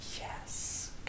Yes